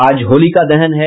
आज होलिका दहन है